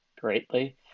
greatly